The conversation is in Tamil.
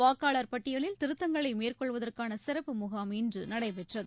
வாக்காளர் பட்டியலில் திருத்தங்களைமேற்கொள்வதற்கானசிறப்பு முகாம் இன்றுநடைபெற்றது